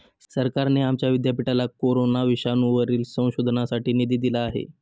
सरकारने आमच्या विद्यापीठाला कोरोना विषाणूवरील संशोधनासाठी निधी दिला आहे